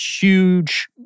huge